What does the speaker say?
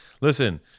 Listen